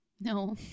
No